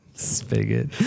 spigot